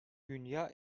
dünya